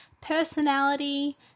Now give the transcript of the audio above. personality